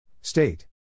State